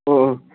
অঁ